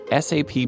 SAP